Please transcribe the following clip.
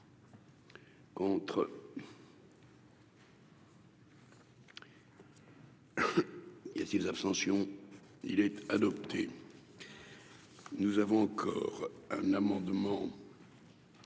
Contre. Il y a, si l'abstention, il est adopté, nous avons encore un amendement.